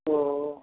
ओ